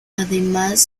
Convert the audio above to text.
además